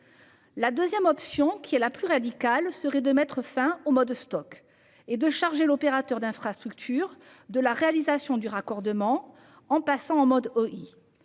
La deuxième option, la plus radicale, consisterait à mettre fin au mode Stoc et à charger l'opérateur d'infrastructure de la réalisation du raccordement, passant donc en mode OI.